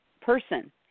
person